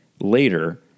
later